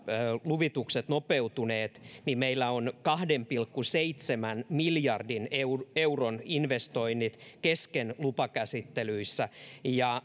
luvitukset nopeutuneet meillä on kahden pilkku seitsemän miljardin euron euron investoinnit kesken lupakäsittelyissä